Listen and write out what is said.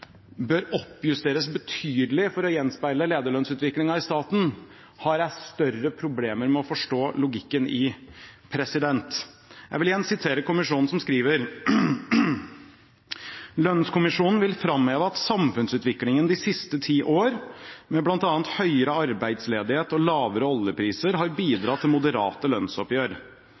bør oppjusteres betydelig for å gjenspeile lederlønnsutviklingen i staten, har jeg større problemer med å forstå logikken i. Jeg vil igjen sitere kommisjonen, som skriver: «Lønnskommisjonen vil fremheve at samfunnsutviklingen de siste ti år – med blant annet høyere arbeidsledighet og lavere oljepriser – har bidratt til moderate lønnsoppgjør.